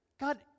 God